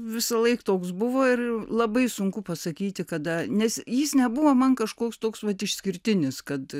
visąlaik toks buvo ir labai sunku pasakyti kada nes jis nebuvo man kažkoks toks vat išskirtinis kad